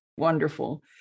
Wonderful